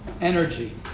energy